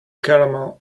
caramel